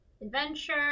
Adventure